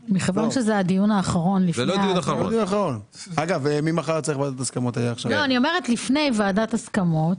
--- רגע, אקצר, ממחר יש ועדת הסכמות.